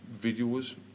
videos